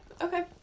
okay